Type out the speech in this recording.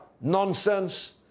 nonsense